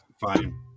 fine